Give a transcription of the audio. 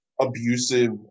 abusive